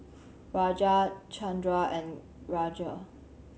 Raja Chandra and Raja